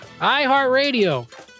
iHeartRadio